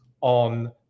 on